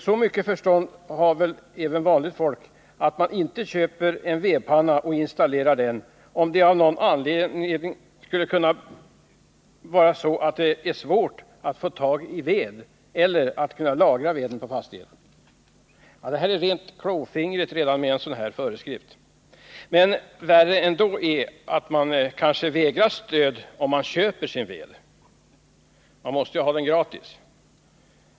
Så mycket förstånd har väl även vanligt folk att man inte köper en vedpanna och installerar den, om det av någon anledning skulle vara svårt att få tag i ved eller att lagra veden i fastigheten. Det är rent klåfingrigt redan med en sådan föreskrift. Men värre är att man kanske vägras stöd, om man köper sin ved — man måste ha den gratis.